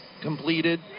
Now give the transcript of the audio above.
completed